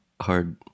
hard